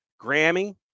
Grammy